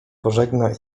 pożegna